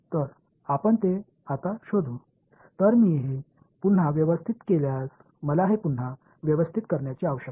எனவே நான் என்ன சொல்கிறேன் நான் இங்கே என்ன பார்க்கிறேன்